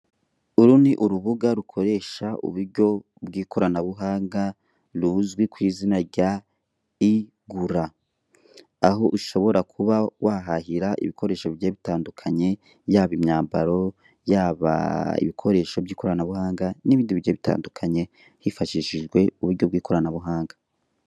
Uru ni urubuga rukoresha uburyo bw'ikoranabuhanga ruzwi ku izina rya I gura, aho ushobora kuba wahahira ibikoresho bigiye bitandukanye, yaba imyambaro, yaba ibikoresho by'ikoranabuhanga n'ibindi bigiye bitandukanye hifashishijwe uburyo bw'ikoranabuhanga.